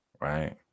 right